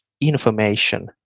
information